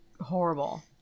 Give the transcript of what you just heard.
horrible